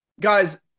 guys –